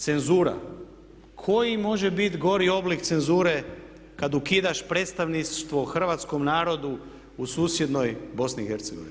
Cenzura, koji može biti gori oblik cenzure kad ukidaš predstavništvo hrvatskom narodu u susjednoj BiH?